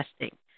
testing